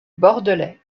bordelais